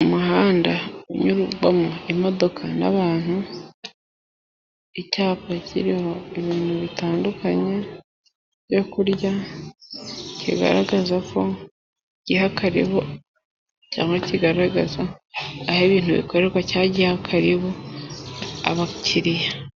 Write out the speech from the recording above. Umuhanda unyurwamo imodoka n'abantu, icyapa kiriho ibintu bitandukanye byo kurya, kigaragaza ko giha karibu cyangwa kigaragaza aho ibintu bikorerwa, cyangwa giha karibu abakiriya.